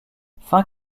fin